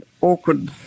awkward